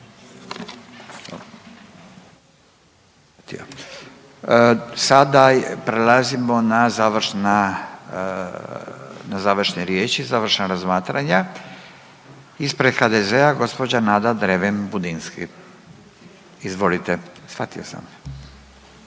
na završna, na završne riječi, završna razmatranja, ispred HDZ-a gđa. Nada Dreven Budinski, izvolite. Shvatio sam.